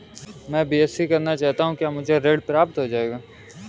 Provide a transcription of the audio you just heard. मैं बीएससी करना चाहता हूँ क्या मुझे ऋण प्राप्त हो जाएगा?